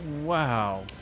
Wow